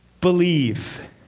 Believe